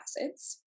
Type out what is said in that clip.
acids